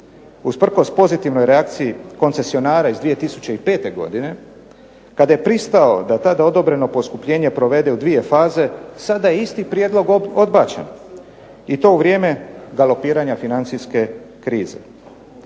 Uz prkos pozitivnoj reakciji koncesionara iz 2005. godine kada je pristao da tada odobreno poskupljenje provede u dvije faze, sada je isti prijedlog odbačen i to u vrijeme galopiranja financijske krize.